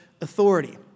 authority